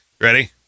Ready